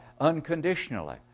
unconditionally